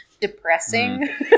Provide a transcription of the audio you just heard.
depressing